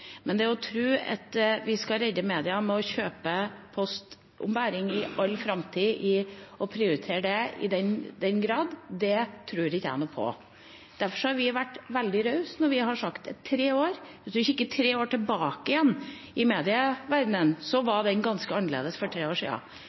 At vi redder media ved å kjøpe postombæring i all framtid og prioritere det i den grad, tror ikke jeg noe på. Derfor har vi vært veldig raus når vi har sagt tre år. Hvis man kikker tre år tilbake i mediaverdenen, var den ganske annerledes. Nå har vi sagt at de får tre år.